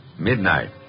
midnight